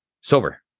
sober